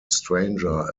stranger